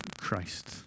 Christ